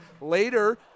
Later